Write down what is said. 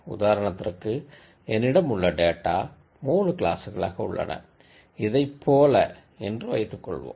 உதாரணத்திற்கு என்னிடம் உள்ள டேட்டா 3 கிளாசுகளாக உள்ளன இதைப் போல என்று வைத்துக்கொள்வோம்